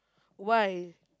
why